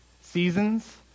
seasons